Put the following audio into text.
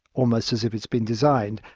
almost as if it's been designed,